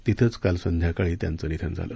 तिथंच काल संध्याकाळी त्यांचं निधन झालं